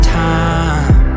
time